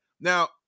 Now